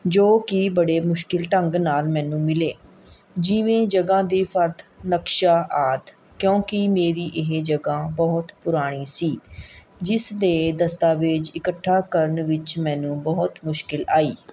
ਜੋ ਕਿ ਬੜੇ ਮੁਸ਼ਕਿਲ ਢੰਗ ਨਾਲ਼ ਮੈਨੂੰ ਮਿਲੇ ਜਿਵੇਂ ਜਗ੍ਹਾ ਦੀ ਫਰਦ ਨਕਸ਼ਾ ਆਦਿ ਕਿਉਂਕਿ ਮੇਰੀ ਇਹ ਜਗ੍ਹਾ ਬਹੁਤ ਪੁਰਾਣੀ ਸੀ ਜਿਸ ਦੇ ਦਸਤਾਵੇਜ਼ ਇਕੱਠਾ ਕਰਨ ਵਿੱਚ ਮੈਨੂੰ ਬਹੁਤ ਮੁਸ਼ਕਿਲ ਆਈ